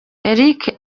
eric